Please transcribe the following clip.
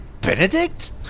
Benedict